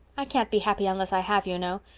i can't be happy unless i have, you know.